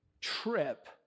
trip